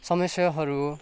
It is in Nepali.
समस्याहरू